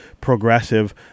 progressive